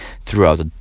throughout